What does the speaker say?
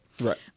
Right